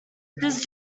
this